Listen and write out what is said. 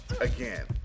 Again